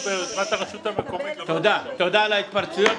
תודה על ההתפרצויות.